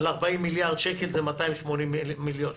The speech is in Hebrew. על 40 מיליארד שקלים זה 280 מיליון שקלים.